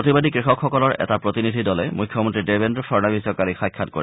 প্ৰতিবাদী কৃষকসকলৰ এটা প্ৰতিনিধি দলে মুখ্যমন্ত্ৰী দেবেদ্ৰ ফাড়নাৱিছক কালি সাক্ষাৎ কৰে